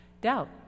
Doubt